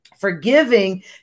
Forgiving